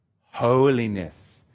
holiness